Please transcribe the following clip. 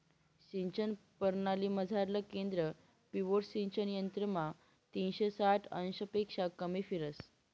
सिंचन परणालीमझारलं केंद्र पिव्होट सिंचन यंत्रमा तीनशे साठ अंशपक्शा कमी फिरस